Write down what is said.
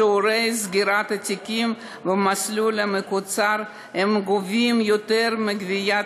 שיעורי סגירת התיקים במסלול המקוצר הם גבוהים יותר וגביית